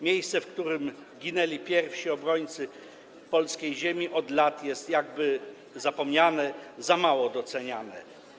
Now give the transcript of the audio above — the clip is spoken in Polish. Miejsce, w którym ginęli pierwsi obrońcy polskiej ziemi, od lat jest jakby zapomniane i niedoceniane.